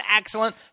excellent